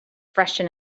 freshen